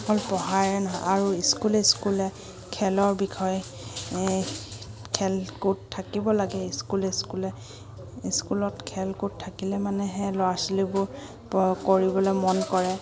অকল পঢ়ায়ে নহয় আৰু স্কুলে স্কুলে খেলৰ বিষয়ে খেল কুদ থাকিব লাগে স্কুল স্কুলে স্কুলত খেল কুদ থাকিলে মানে সেই ল'ৰা ছোৱালীবোৰ কৰিবলৈ মন কৰে